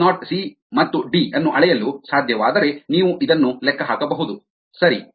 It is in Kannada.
ಎಸ್ ನಾಟ್ ಸಿ ಮತ್ತು ಡಿ ಅನ್ನು ಅಳೆಯಲು ಸಾಧ್ಯವಾದರೆ ನೀವು ಇದನ್ನು ಲೆಕ್ಕ ಹಾಕಬಹುದು ಸರಿ